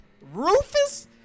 Rufus